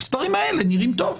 המספרים האלה נראים טוב,